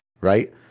right